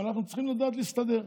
אנחנו צריכים לדעת להסתדר.